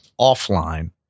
offline